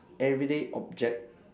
everyday object